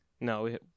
No